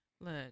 Look